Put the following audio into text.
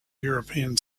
european